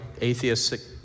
atheists